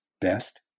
best